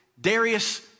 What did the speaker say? Darius